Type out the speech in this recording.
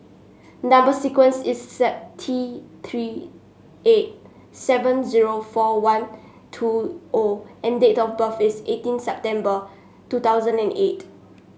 number sequence is T Three eight seven zero four one two O and date of birth is eighteen September two thousand and eight